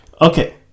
Okay